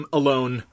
alone